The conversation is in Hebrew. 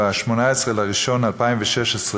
ב-18 בינואר 2016,